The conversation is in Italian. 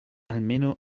almeno